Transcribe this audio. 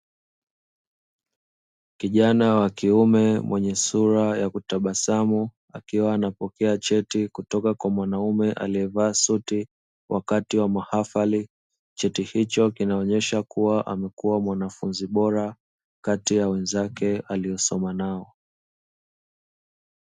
Kijana wa kiume mwenye sura ya kutabasamu akiwa anapokea cheti kutoka kwa mwanamume aliyevaa suti, wakati wa mahafali cheti hicho kinaonyesha kuwa amekuwa mwanafunzi bora, kati ya wenzake aliosoma nao.